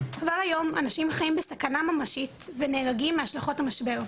כבר היום אנשים חיים בסכנה ממשית ונהרגים מהשלכות המשבר,